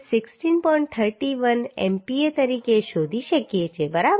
31 MPa તરીકે શોધી શકીએ છીએ બરાબર